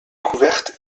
couverte